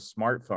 smartphone